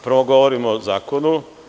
Prvo, govorim o zakonu.